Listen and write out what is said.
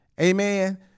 Amen